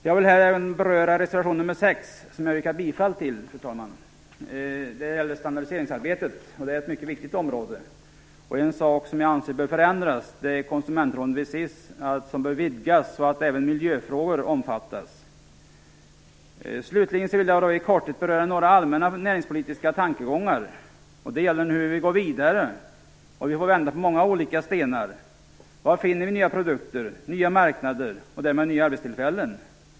Jag vill även beröra reservation nr 6, som jag yrkar bifall till, fru talman. Det gäller standardiseringsarbetet, och det är ett mycket viktigt område. En sak som jag anser bör förändras är Konsumentrådet vid SIS som bör vidgas så att även miljöfrågor omfattas. Slutligen vill jag i korthet beröra några allmänna näringspolitiska tankegångar. Det gäller hur vi går vidare. Vi får vända på många olika stenar. Var finner vi nya produkter, nya marknader och därmed nya arbetstillfällen?